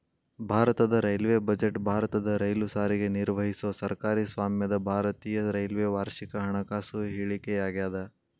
ಭಾರತದ railway budget ಭಾರತದ rail ಸಾರಿಗೆ ನಿರ್ವಹಿಸೊ ಸರ್ಕಾರಿ ಸ್ವಾಮ್ಯದ ಭಾರತೇಯ ರೈಲ್ವೆ ವಾರ್ಷಿಕ ಹಣಕಾಸು ಹೇಳಿಕೆಯಾಗ್ಯಾದ